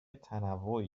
تنوعی